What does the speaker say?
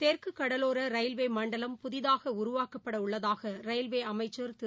தெற்குகடலோரரயில்வேமண்டலம் புதிதாகஉருவாக்கப்படஉள்ளதாகரயில்வேஅமைச்சா் திரு